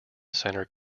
center